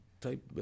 Type